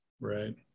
right